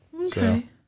Okay